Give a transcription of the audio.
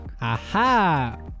Aha